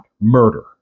murder